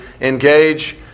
engage